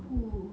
!woo!